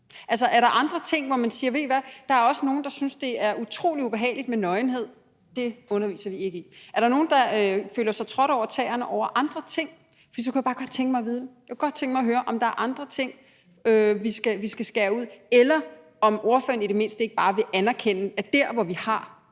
kan sige det? Skal man sige: Der er også nogle, der synes, at det er utrolig ubehageligt med nøgenhed, så det underviser vi ikke i? Er der nogle, der føler sig trådt over tæerne over andre ting? For så kunne jeg bare godt tænke mig at vide det. Jeg kunne godt tænke mig at høre, om der er andre ting, vi skal skære ud, eller om ordføreren i det mindste ikke bare vil anerkende, at det, vi har